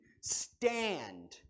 stand